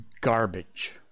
garbage